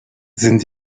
sind